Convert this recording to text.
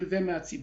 מהציבור.